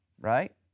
right